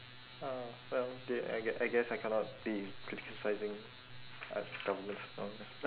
uh well did I I gue~ I guess I cannot be criticising uh government's never mind